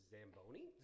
Zamboni